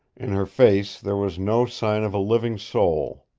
in her face there was no sign of a living soul.